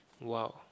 Wow